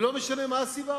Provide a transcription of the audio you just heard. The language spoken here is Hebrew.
ולא משנה מה הסיבה.